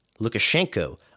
Lukashenko